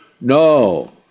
no